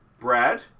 Brad